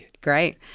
Great